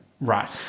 Right